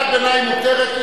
לא, לא.